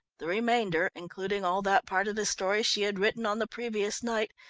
the remainder, including all that part of the story she had written on the previous night,